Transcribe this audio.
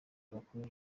amakuru